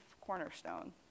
cornerstone